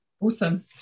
Awesome